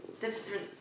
different